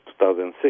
2006